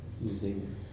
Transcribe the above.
using